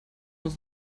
muss